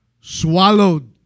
swallowed